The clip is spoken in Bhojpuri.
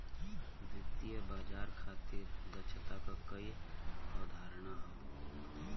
वित्तीय बाजार खातिर दक्षता क कई अवधारणा हौ